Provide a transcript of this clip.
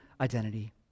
identity